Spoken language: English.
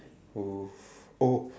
oo oh